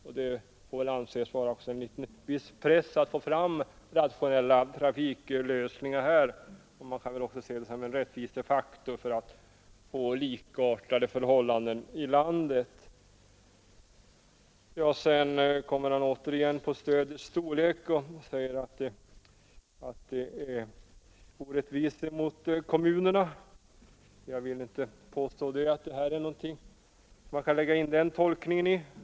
De får också anses vara en viss press att få fram rationella trafiklösningar. Man kan också se det som en rättvisefaktor för att få likartade förhållanden i landet. Sedan kommer herr Gustafson i Göteborg återigen in på stödets storlek. Han säger att det är orättvist mot kommunerna. Jag vill inte påstå att man kan lägga in den tolkningen i detta.